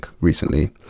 recently